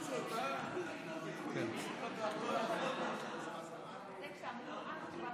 אבו שחאדה וחברת הכנסת פינטו מבקשת לתקן עיוות בחוק שכל